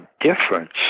difference